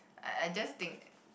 I I just think